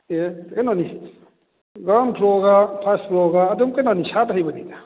ꯑꯦ ꯀꯩꯅꯣꯅꯤ ꯒ꯭ꯔꯥꯎꯟ ꯐ꯭ꯂꯣꯔꯒ ꯐꯥꯔꯁ ꯐ꯭ꯂꯣꯔꯒ ꯑꯗꯨꯝ ꯀꯩꯅꯣꯅꯤ ꯁꯥꯠ ꯍꯩꯕꯅꯤꯗ